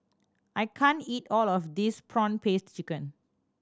I can't eat all of this prawn paste chicken